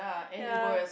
ya